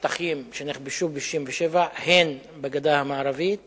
בשטחים שנכבשו ב-1967, הן בגדה המערבית